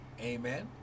amen